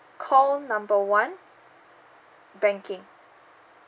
call number one banking